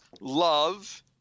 love